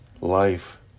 life